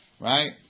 right